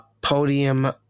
podium